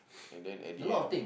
and then at the end